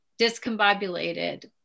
discombobulated